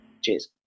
Cheers